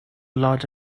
lot